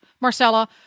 Marcella